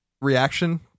reaction